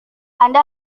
anda